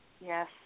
Yes